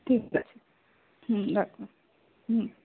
ঠিক আছে হুম